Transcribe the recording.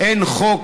אין חוק